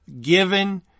given